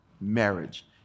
marriage